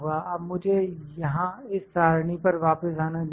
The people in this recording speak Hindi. अब मुझे यहां इस सारणी पर वापस आने दीजिए